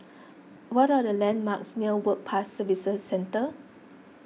what are the landmarks near Work Pass Services Centre